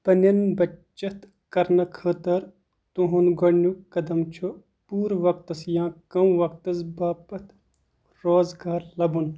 پنٕنٮ۪ن بَچتھ کرنہٕ خٲطرٕتُہنٛد گۄدٕنیُک قدم چھُ پوٗرٕ وقتس یا كم وقتس باپتھ روزگار لبُن